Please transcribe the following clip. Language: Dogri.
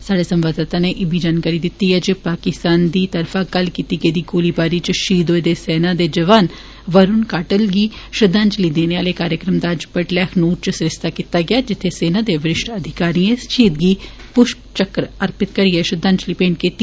स्हाड़े संवाददाता नै इब्बी जानकारी दित्ती ऐ जे पाकिस्तान दी तरफा कल कीती गेदी गोलाबारी च शहीद होए दे सेना दे जवान वरून काटल गी श्रद्धांजलि देने आले कार्यक्रम दा अज्ज बड्डलै अखनूर च सरिस्ता कीता गेआ जित्थें सेना दे वरिष्ठ अधिकारिएं शहीद गी पुष्प चक्र अर्पित करियै श्रद्धांजलि भेंट कीती